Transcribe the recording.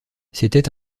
c’était